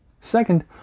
Second